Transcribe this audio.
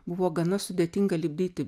buvo gana sudėtinga lipdyti